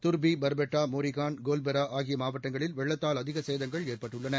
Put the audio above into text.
துர்பி பர்பெட்டா மோரிகான் கோல்பெரா ஆகிய மாவட்டங்களில் வெள்ளத்தால் அதிக சேதங்கள் ஏற்பட்டுள்ளன